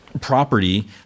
property